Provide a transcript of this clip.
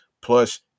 Plus